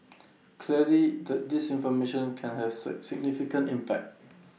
clearly the disinformation can have significant impact